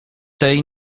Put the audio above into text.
tej